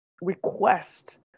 request